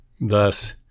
Thus